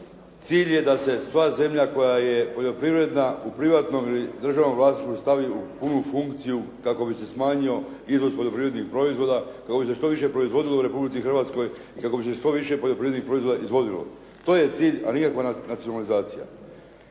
Cilj je da se sva zemlja koja je poljoprivredna u privatnom državnom vlasništvu stavi u punu funkciju kako bi se smanjio izvoz poljoprivrednih proizvoda, kako bi se što više proizvodilo u Republici Hrvatskoj i kako bi se što više poljoprivrednih proizvoda izvozilo. To je cilj, a nikakva nacionalizacija.